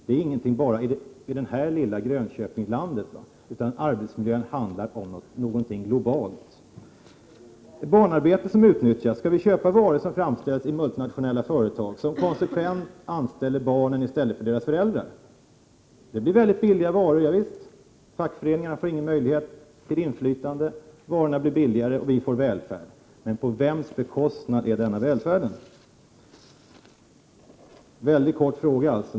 Det rör inte bara det här lilla Grönköpingslandet, utan arbetsmiljön handlar om någonting globalt. I vissa länder utnyttjas barnarbetare. Skall vi köpa varor som framställs i multinationella företag som konsekvent anställer barnen i stället för deras föräldrar? Fackföreningarna får ingen möjlighet till inflytande. Varorna blir mycket billiga, och vi får välfärd. Men på vems bekostnad får vi denna välfärd?